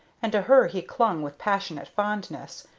and to her he clung with passionate fondness,